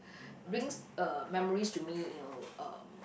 brings uh memories to me you know um